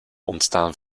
ontstaan